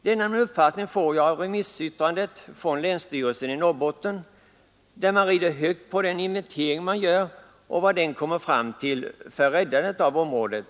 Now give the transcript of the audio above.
Denna min uppfattning får jag av remissyttrandet från länsstyrelsen i Norrbotten. Länsstyrelsen rider högt på den inventering som görs och vad den kan leda till för räddandet av området.